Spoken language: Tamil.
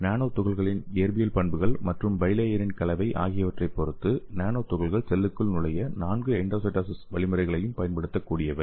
நானோ துகள்களின் இயற்பியல் பண்புகள் மற்றும் பை லேயரின் கலவை ஆகியவற்றைப் பொறுத்து நானோ துகள்கள் செல்களுக்குள் நுழைய நான்கு எண்டோசைட்டோசிஸ் வழிமுறைகளையும் பயன்படுத்தக்கூடியவை